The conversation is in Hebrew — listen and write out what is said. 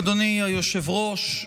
אדוני היושב-ראש,